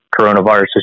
coronavirus